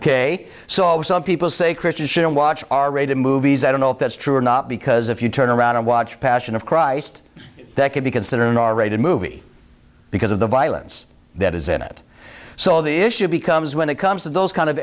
k so some people say christians shouldn't watch r rated movies i don't know if that's true or not because if you turn around and watch passion of christ that could be considered an r rated movie because of the violence that is in it so the issue becomes when it comes to those kind of